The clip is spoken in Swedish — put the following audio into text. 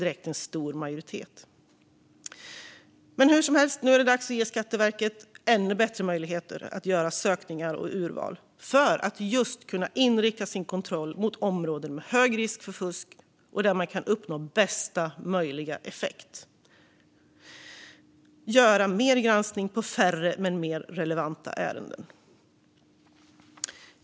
Bättre möjligheter för Skatteverket att göra dataanalyser och urval i folkbokförings-verksamheten Men nu är det dags att ge Skatteverket ännu bättre möjligheter att göra sökningar och urval för att kunna inrikta sin kontroll mot områden med hög risk för fusk och där man kan uppnå bästa möjliga effekt - att göra mer granskning på färre men mer relevanta ärenden.